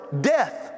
death